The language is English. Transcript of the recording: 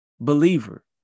Believer